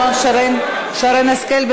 שרן השכל?